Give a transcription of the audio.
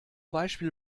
beispiel